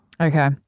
Okay